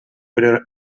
però